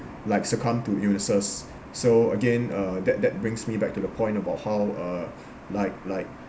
like succumb to illnesses so again uh that that brings me back to the point about how uh like like